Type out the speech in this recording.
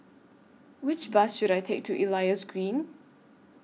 Which Bus should I Take to Elias Green